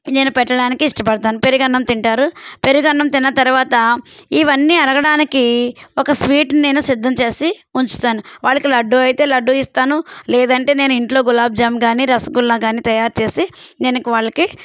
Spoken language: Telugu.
నేను పెట్టడానికి ఇష్టపడతాను పెరుగన్నం తింటారు పెరుగు అన్నం తిన్న తర్వాత ఇవన్నీ అరగడానికి ఒక స్వీట్ నేను సిద్ధం చేసి ఉంచుతాను వాళ్ళకి లడ్డూ అయితే లడ్డూ ఇస్తాను లేదంటే నేను ఇంట్లో గులాబ్ జామ్ కాని రసగుల్లా కాని తయారు చేసి నేను ఇంక వాళ్ళకి